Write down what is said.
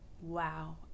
Wow